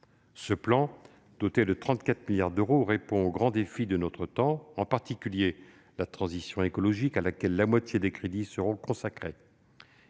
Ce plan, doté de 34 milliards d'euros, répond aux grands défis de notre temps, en particulier la transition écologique, à laquelle la moitié des crédits seront consacrés.